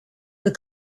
the